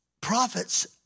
prophets